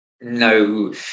no